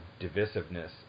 divisiveness